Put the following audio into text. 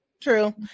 true